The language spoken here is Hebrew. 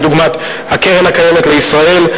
כדוגמת קרן קיימת לישראל,